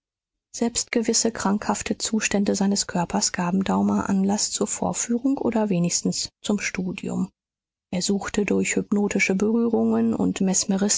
selbst gewisse krankhafte zustände seines körpers gaben daumer anlaß zur vorführung oder wenigstens zum studium er suchte durch hypnotische berührungen und